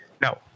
No